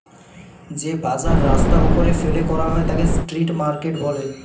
যে বাজার রাস্তার ওপরে ফেলে করা হয় তাকে স্ট্রিট মার্কেট বলে